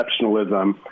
exceptionalism